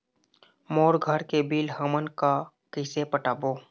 मोर घर के बिल हमन का कइसे पटाबो?